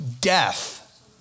death